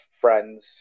friends